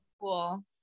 cool